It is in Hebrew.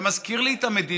זה מזכיר לי את המדינות